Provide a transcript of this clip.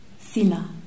sila